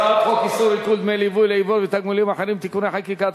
הצעת חוק איסור עיקול דמי ליווי לעיוור ותגמולים אחרים (תיקוני חקיקה),